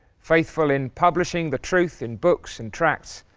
faithful in publishing the truth in books and tracts,